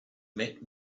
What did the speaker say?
met